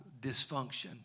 dysfunction